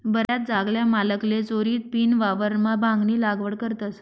बराच जागल्या मालकले चोरीदपीन वावरमा भांगनी लागवड करतस